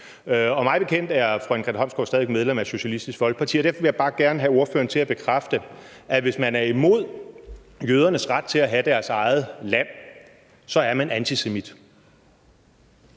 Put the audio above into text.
Mig bekendt er fru Anne Grete Holmsgaard stadig væk medlem af Socialistisk Folkeparti, og derfor vil jeg bare gerne have ordføreren til at bekræfte, at hvis man er imod jødernes ret til at have deres eget land, så er man antisemit.